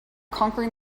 conquering